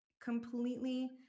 completely